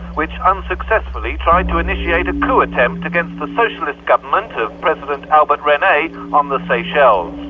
which unsuccessfully tried to initiate a coup attempt against the socialist government of president albert rene on the seychelles.